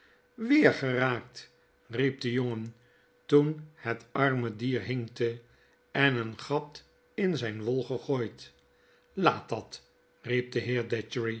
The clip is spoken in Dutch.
weer geraakt riep de jongen toen het arme dier hinkte en een gat in zjjn wol gegooid laat dat riep de